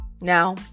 Now